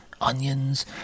onions